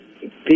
people